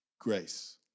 grace